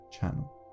channel